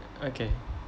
okay